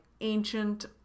ancient